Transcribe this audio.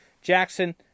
Jackson